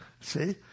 see